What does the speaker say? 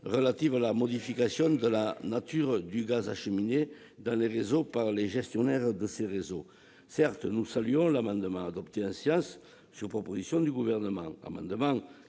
relatives à la modification de la nature du gaz acheminé dans les réseaux par les gestionnaires de ces réseaux. Certes, nous saluons l'amendement adopté en séance sur proposition du Gouvernement.